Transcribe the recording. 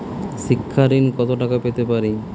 শিক্ষা ঋণ কত টাকা পেতে পারি?